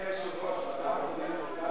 אדוני היושב-ראש, בפעם הקודמת,